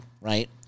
Right